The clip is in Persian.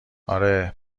آره